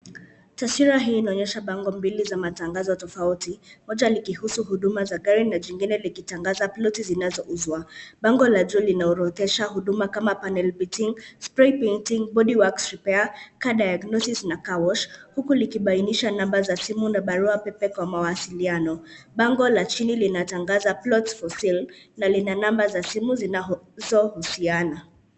Taswira hii inaonyesha bango mbili zenye matangazo tofauti moja likihusu huduma za gari na jingine likitangaza ploti zinazo uzwa. Bango la juu linaorodhesha huduma kama (cs) panel beating, spray painting, body works repair , car diagnosis (cs) na (cs) car wash (cs) huku likibainisha namba za simu na barua pepe kwa mawasiliano. Bango la chini linatangaza (cs) plots for sale (cs) na lina namba za simu zinazo husiana.